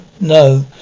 No